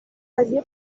قضیه